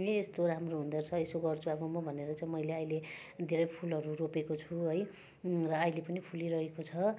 ए यस्तो राम्रो हुँदोरछ यसो गर्छु अब भनेर चाहिँ मैले अहिले धेरै फुलहरू रोपेको छु है र अहिले पनि फुलिरहेको छ